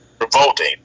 revolting